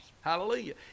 Hallelujah